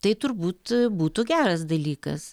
tai turbūt būtų geras dalykas